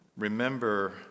Remember